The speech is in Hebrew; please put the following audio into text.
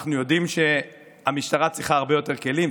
אנחנו יודעים שהמשטרה צריכה הרבה יותר כלים,